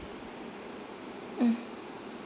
mm